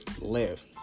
live